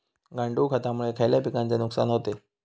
गांडूळ खतामुळे खयल्या पिकांचे नुकसान होते?